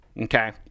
okay